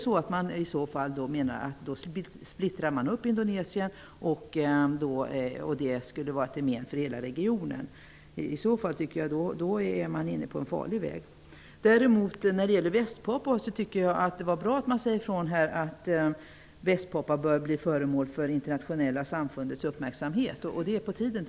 Menar man att Indonesien då splittras upp och att det skulle vara till men för hela regionen? I så fall tycker jag att man är inne på en farlig väg. När det gäller Västpapua tycker jag att det är bra att man säger ifrån att Västpapua bör bli föremål för det internationella samfundets uppmärksamhet. Det är på tiden.